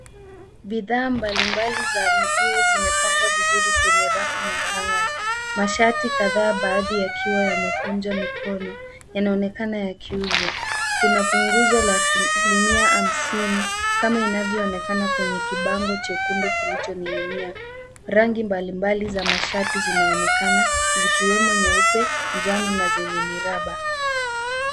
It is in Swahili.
Bidhaa mbali mbali za nguo zimepangwa vizuri kwenye rafu na hangers mashati kadhaa baadhi yakiwa yamekunjwa mkono yanaonekana yakiuzwa, kuna punguzo ya asilimia hamsini kama inavyoonekana kwenye kibango chekundu ilioningi'nia, rangi mbali mbali za mashati zinaonekana zikiwemo nyeupe njano na zenye miraba.